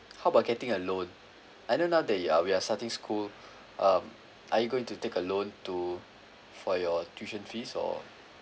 how about getting a loan I know now that you are we are starting school um are you going to take a loan to for your tuition fees or